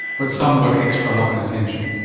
but some got extra love and attention.